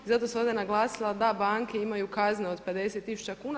I zato sam ovdje naglasila da banke imaju kazne od 50000 kuna.